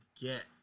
get